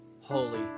holy